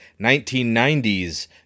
1990's